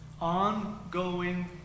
Ongoing